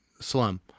slum